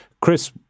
Chris